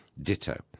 ditto